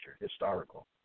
historical